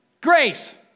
Grace